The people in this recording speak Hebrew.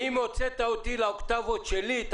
אם גרמת לי להרים את האוקטבות שלי,